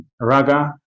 raga